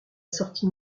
sortie